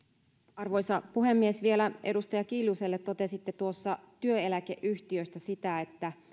arvoisa puhemies vielä edustaja kiljuselle totesitte tuossa työeläkeyhtiöistä sen että